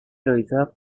realizadas